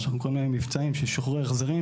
אנחנו קוראים להם מבצעים של שחרורי החזרים,